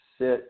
sit